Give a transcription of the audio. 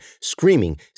Screaming